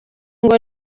ngo